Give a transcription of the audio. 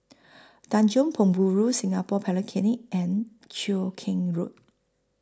Tanjong Penjuru Singapore Polytechnic and Cheow Keng Road